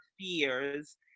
fears